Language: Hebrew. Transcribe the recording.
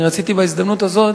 אני רציתי בהזדמנות הזאת